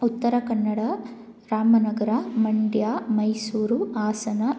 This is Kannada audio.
ಉತ್ತರ ಕನ್ನಡ ರಾಮನಗರ ಮಂಡ್ಯ ಮೈಸೂರು ಹಾಸನ